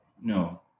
no